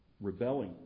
rebelling